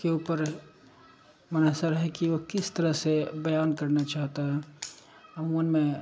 کے اوپر منحسر ہے کہ وہ کس طرح سے بیان کرنا چاہتا ہے عماون میں